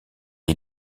est